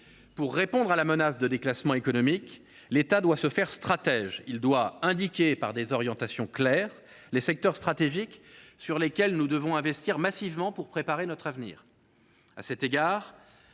Pour répondre à la menace de déclassement économique, l’État doit se faire stratège. Il doit indiquer par des orientations claires les secteurs stratégiques dans lesquels nous devons investir massivement pour préparer notre avenir.